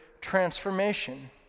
transformation